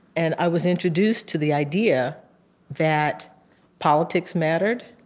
and i was introduced to the idea that politics mattered,